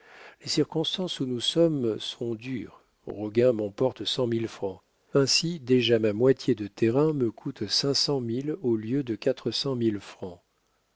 les circonstances où nous sommes sont dures roguin m'emporte cent mille francs ainsi déjà ma moitié de terrains me coûte cinq cent mille au lieu de quatre cent mille francs